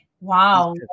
Wow